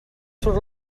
surt